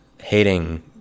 hating